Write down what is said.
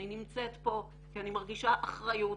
אני נמצאת פה כי אני מרגישה אחריות.